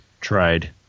tried